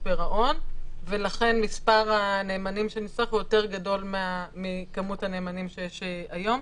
פירעון ולכן מספר הנאמנים שנצטרך הוא יותר גדול מכמות הנאמנים שיש היום.